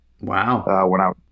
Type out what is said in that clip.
Wow